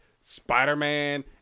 Spider-Man